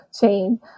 chain